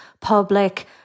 public